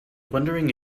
wondering